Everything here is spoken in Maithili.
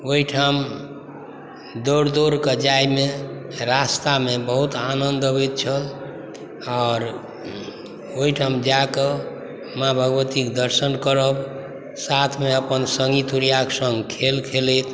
ओहिठाम दौड़ि दौड़िकऽ जाइमे रास्तामे बहुत आनन्द अबैत छल आओर ओहिठाम जाकऽ माँ भगवतीके दर्शन करब साथमे अपन सङ्गीतुरियाके सङ्ग खेल खेलैत